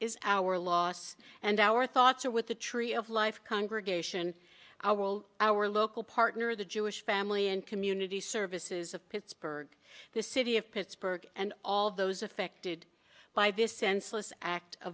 is our loss and our thoughts are with the tree of life congregation our will our local partner the jewish family and community services of pittsburgh the city of pittsburgh and all of those affected by this senseless act